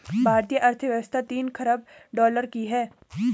भारतीय अर्थव्यवस्था तीन ख़रब डॉलर की है